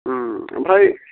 ओमफ्राय